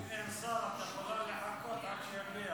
אבל אם אין שר, את יכולה לחכות עד שיגיע.